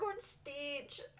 Speech